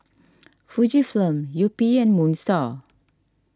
Fujifilm Yupi and Moon Star